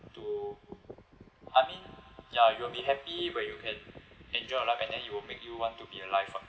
to I mean ya you will be happy when you can enjoy your life and then it will make you want to be alive [what]